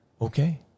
okay